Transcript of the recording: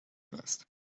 vest